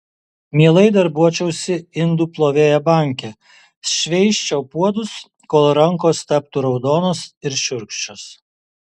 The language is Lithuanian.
mielai darbuočiausi indų plovėja banke šveisčiau puodus kol rankos taptų raudonos ir šiurkščios